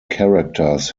characters